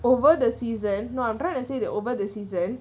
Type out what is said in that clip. over the season no I'm trying to say that over the season